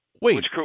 Wait